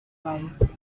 país